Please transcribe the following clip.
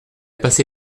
passé